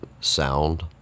sound